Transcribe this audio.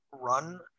run